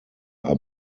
are